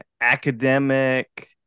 academic